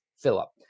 fill-up